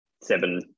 seven